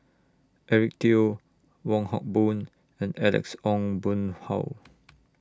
Eric Teo Wong Hock Boon and Alex Ong Boon Hau